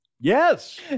Yes